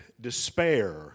despair